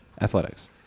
Athletics